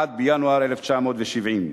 1 בינואר 1970,